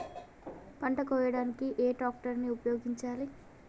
పంట కోయడానికి ఏ ట్రాక్టర్ ని ఉపయోగించాలి?